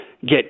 get